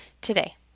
today